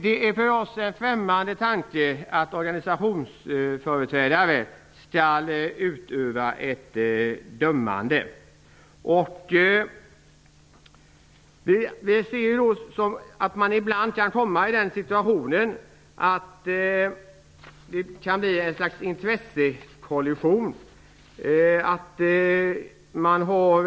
Det är för oss en främmande tanke att organisationsföreträdare skall utöva ett dömande. Ibland kan man komma i den situationen att en intressekollission uppstår.